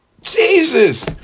Jesus